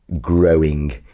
growing